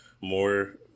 more